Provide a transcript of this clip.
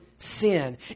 sin